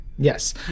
Yes